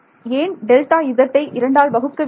மாணவர் ஏன் delta z ஐ இரண்டால் ஆல் வகுக்க வேண்டும்